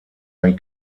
ein